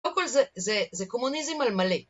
קודם כל, זה, זה, זה קומוניזם על מלא.